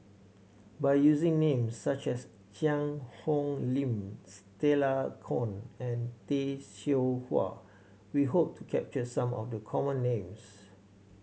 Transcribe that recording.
by using names such as Cheang Hong Lim Stella Kon and Tay Seow Huah we hope to capture some of the common names